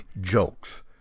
jokes